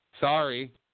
Sorry